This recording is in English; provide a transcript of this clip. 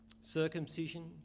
circumcision